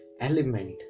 element